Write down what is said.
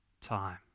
time